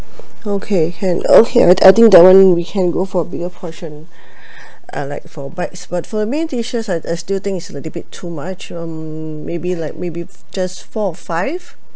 okay can okay I I think that one we can go for bigger portion and like for bites but for me dishes I I still think it's a little bit too much um maybe like maybe just four or five